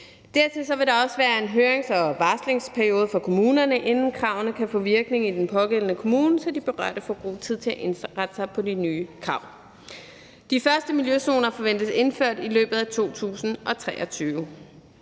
Dertil vil der også være en hørings- og varslingsperiode for kommunerne, inden kravene kan få virkning i den pågældende kommune, så de berørte får god tid til at indrette sig på de nye krav. De første miljøzoner forventes indført i løbet af 2023.